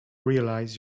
realize